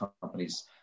companies